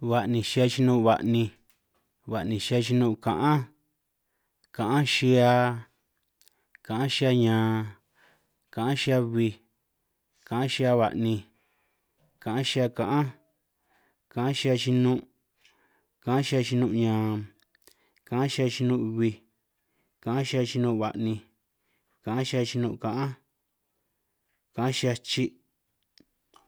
ba'ninj xihia yinun' ba'ninj, ba'ni nj xihia yinun' kaanj, kaanj xihia, kaanj xihia ñan, kaanj xihia bbij, kaanj xihia ba'ninj, kaanj xihia kaanj, kaanj xihia yinun', kaanj xihia yinun' ñan, kaanj xihia yinun' bbij, kaanj xihia yinun' ba'ninj, kaanj xihia yinun' kaanj, kaanj xihia chi'.